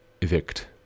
evict